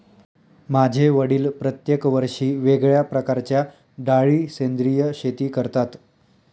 माझे वडील प्रत्येक वर्षी वेगळ्या प्रकारच्या डाळी सेंद्रिय शेती करतात